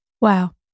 wow